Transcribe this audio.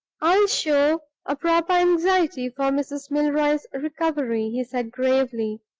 i'll show a proper anxiety for mrs. milroy's recovery, he said, gravely.